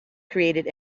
created